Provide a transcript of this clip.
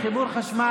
חברים, חיבור חשמל.